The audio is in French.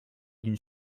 d’une